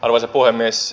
arvoisa puhemies